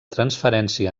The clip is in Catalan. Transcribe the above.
transferència